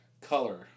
color